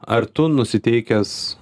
ar tu nusiteikęs